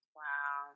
wow